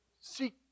seek